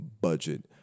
budget